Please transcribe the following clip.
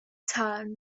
tân